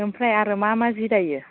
ओमफ्राय आरो मा मा सि दायो